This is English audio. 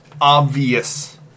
obvious